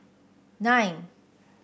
nine